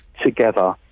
together